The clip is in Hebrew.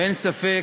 אין ספק